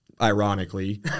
ironically